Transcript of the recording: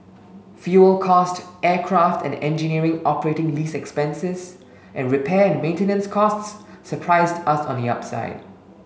fuel cost aircraft and engineering operating lease expenses and repair and maintenance costs surprised us on the upside